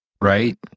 right